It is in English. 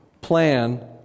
plan